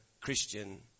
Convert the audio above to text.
Christian